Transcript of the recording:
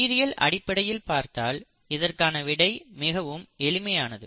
உயிரியல் அடிப்படையில் பார்த்தால் இதற்கான விடை மிகவும் எளிமையானது